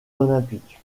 olympiques